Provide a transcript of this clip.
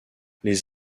les